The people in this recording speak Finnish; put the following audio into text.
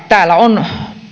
täällä on